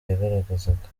yagaragazaga